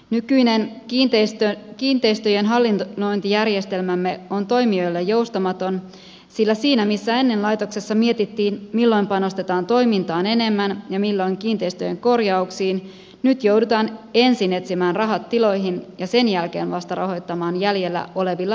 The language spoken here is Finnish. nykyinen kiinteistöjen hallinnointijärjestelmämme on toimijoille joustamaton sillä siinä missä ennen laitoksessa mietittiin milloin panostetaan toimintaan enemmän ja milloin kiinteistöjen korjauksiin nyt joudutaan ensin etsimään rahat tiloihin ja sen jälkeen vasta rahoittamaan jäljellä olevilla määrärahoilla toimintaa